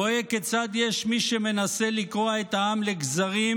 רואה כיצד יש מי שמנסה לקרוע את העם לגזרים